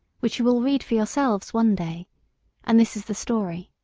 which you will read for yourselves one day and this is the story